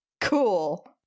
Cool